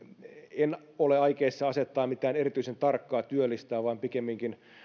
en ole aikeissa asettaa mitään erityisen tarkkaa työlistaa vaan pikemminkin